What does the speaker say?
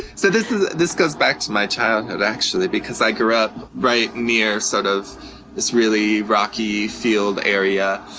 so, this this goes back to my childhood actually, because i grew up right near sort of this really rocky field area.